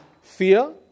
fear